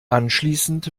anschließend